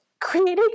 creating